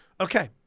Okay